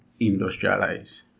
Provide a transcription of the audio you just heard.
industrialize